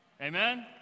Amen